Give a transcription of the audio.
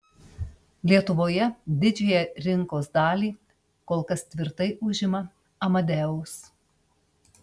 lietuvoje didžiąją rinkos dalį kol kas tvirtai užima amadeus